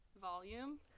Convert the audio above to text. volume